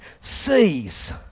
sees